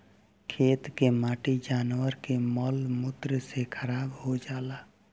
खेत के माटी जानवर के मल मूत्र से खराब हो जाला